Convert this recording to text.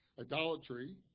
idolatry